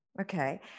Okay